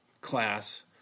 class